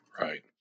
Right